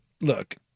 Look